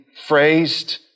phrased